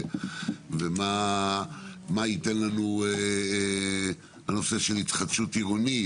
או למשל בנושא של התחדשות עירונית,